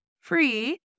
free